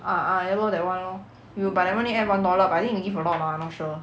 ah ah ya lor that [one] lor but that [one] need add one dollar but I think they give a lot mah not sure